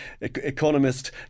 economist